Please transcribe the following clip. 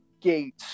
gate